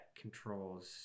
controls